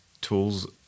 tools